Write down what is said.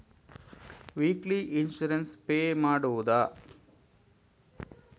Weekly insurance pay ಮಾಡುವುದ?